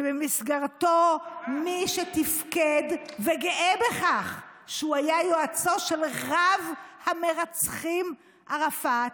שבמסגרתו מי שתפקד וגאה בכך שהוא היה יועצו של רב המרצחים ערפאת,